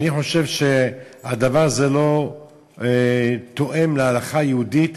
אני חושב שהדבר הזה לא תואם להלכה היהודית,